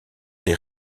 des